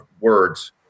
words